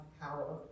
power